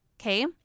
Okay